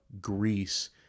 Greece